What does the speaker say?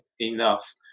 enough